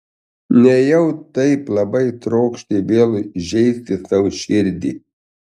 nejau taip labai trokšti vėl žeisti sau širdį